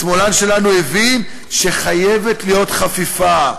השמאלן שלנו הבין שחייבת להיות חפיפה.